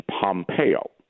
Pompeo